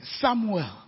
Samuel